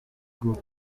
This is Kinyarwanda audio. group